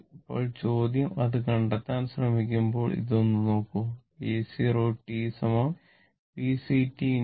ഇപ്പോൾ ചോദ്യം അത് കണ്ടെത്താൻ ശ്രമിക്കുമ്പോൾ ഇത് ഒന്ന് നോക്കൂ V 0 t VCt 40 80